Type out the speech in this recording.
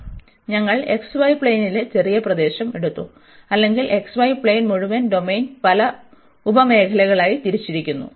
അതിനാൽ ഞങ്ങൾ xy പ്ളേനിലെ ചെറിയ പ്രദേശം എടുത്തു അല്ലെങ്കിൽ xy പ്ളേൻ മുഴുവൻ ഡൊമെയ്ൻ പല ഉപ മേഖലകളായി തിരിച്ചിരിക്കുന്നു